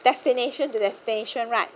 destination to the station right